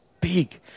big